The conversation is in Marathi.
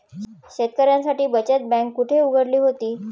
शेतकऱ्यांसाठी बचत बँक कुठे उघडली होती?